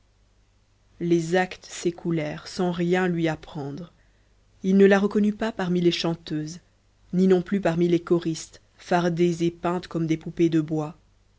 les actes s'écoulèrent sans rien lui apprendre il ne la reconnut pas parmi les chanteuses ni non plus parmi les choristes fardées et peintes comme des poupées de bois